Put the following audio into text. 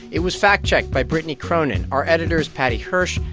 it was fact-checked by brittany cronin. our editor is paddy hirsch.